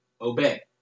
obey